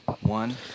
one